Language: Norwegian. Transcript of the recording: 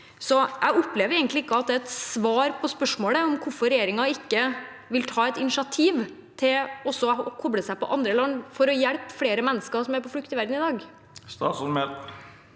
Jeg opplever ikke egentlig at det er et svar på spørsmålet om hvorfor regjeringen ikke vil ta et initiativ til også å koble seg på andre land for å hjelpe flere mennesker som er på flukt i verden i dag.